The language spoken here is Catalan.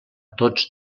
tots